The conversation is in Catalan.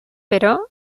però